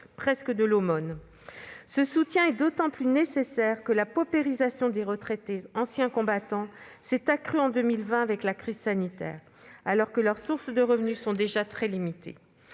presque parler d'aumône ! Ce soutien est d'autant plus nécessaire que la paupérisation des anciens combattants retraités s'est accrue en 2020 avec la crise sanitaire, alors que leurs sources de revenus sont déjà très limitées.